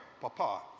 Papa